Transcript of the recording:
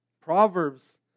Proverbs